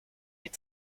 est